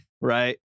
right